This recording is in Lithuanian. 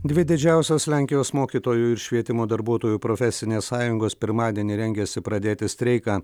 dvi didžiausios lenkijos mokytojų ir švietimo darbuotojų profesinės sąjungos pirmadienį rengiasi pradėti streiką